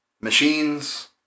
Machines